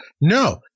No